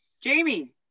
Jamie